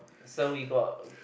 so we got